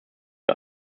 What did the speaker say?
wir